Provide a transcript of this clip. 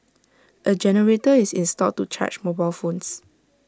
A generator is installed to charge mobile phones